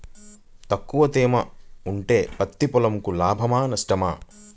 తక్కువ తేమ ఉంటే పత్తి పొలంకు లాభమా? నష్టమా?